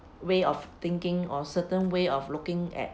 way of thinking or certain way of looking at